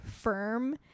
firm